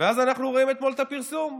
ואז אנחנו רואים אתמול את הפרסום.